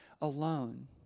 alone